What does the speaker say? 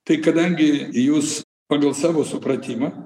tai kadangi jūs pagal savo supratimą